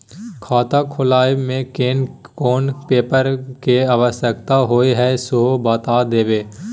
खाता खोलैबय में केना कोन पेपर के आवश्यकता होए हैं सेहो बता देब?